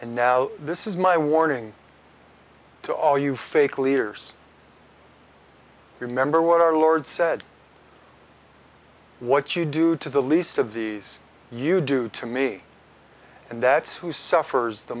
and now this is my warning to all you fake leaders remember what our lord said what you do to the least of these you do to me and that's who suffers the